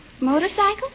Motorcycle